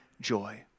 joy